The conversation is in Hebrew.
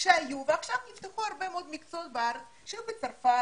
תארים שהיו ועכשיו נפתחו הרבה מאוד מקצועות בארץ שהיו בצרפת,